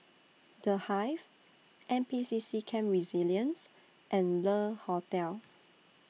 The Hive N P C C Camp Resilience and Le Hotel